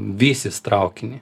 vysis traukinį